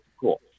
cool